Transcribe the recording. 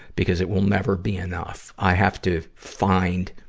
because it will never be enough. i have to find,